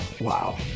Wow